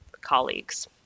colleagues